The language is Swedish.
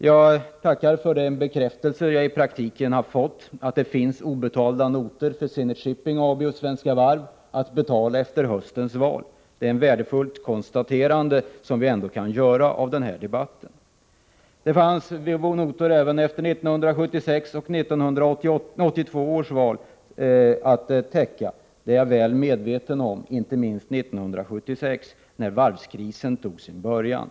Jag tackar för den bekräftelse jag i praktiken har fått. Det finns alltså obetalda notor för Zenit Shipping AB och Svenska Varv — att betala efter höstens val. Det är ändå ett värdefullt konstaterande som vi fick under den här debatten. Jag är väl medveten om att det även fanns notor att täcka efter 1976 och 1982 års val — inte minst 1976, när varvskrisen tog sin början.